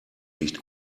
riecht